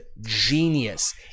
genius